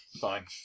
Fine